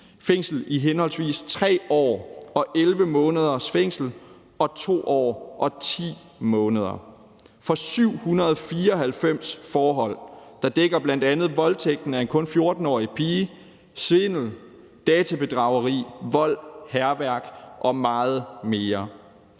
fængsel i henholdsvis 3 år og 11 måneder og 2 år og 10 måneder for 794 forhold, der dækker bl.a. voldtægten af en kun 14-årig pige, svindel, databedrageri, vold, hærværk og meget mere.